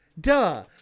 Duh